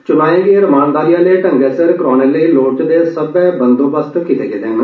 चुनाए गी रमानदारी आले ढंगै सिर करोआने लेई लोड़चदे बंदोबस्त कीते गेदे न